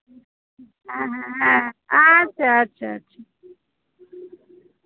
হ্যাঁ হ্যাঁ হ্যাঁ আচ্ছা আচ্ছা আচ্ছা